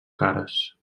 cares